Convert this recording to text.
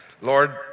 Lord